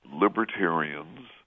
libertarians